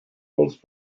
roles